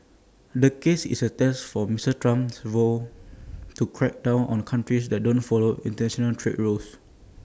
the case is A test form Mister Trump's vow to crack down on countries that don't follow International trade rules